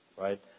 right